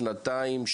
שנתיים,